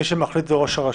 מי שמחליט הוא ראש הרשות.